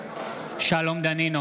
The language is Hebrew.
וסרלאוף,